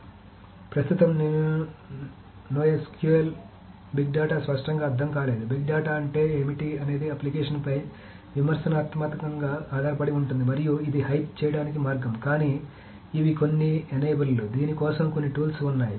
కాబట్టి ప్రస్తుతం NoSQL big data స్పష్టంగా అర్థం కాలేదు బిగ్ డేటా అంటే ఏమిటి అనేది అప్లికేషన్పై విమర్శనాత్మకంగా ఆధారపడి ఉంటుంది మరియు ఇది హైప్ చేయడానికి మార్గం కానీ ఇవి కొన్ని ఎనేబుల్లు దీని కోసం కొన్ని టూల్స్ ఉన్నాయి